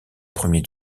premiers